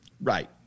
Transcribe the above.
Right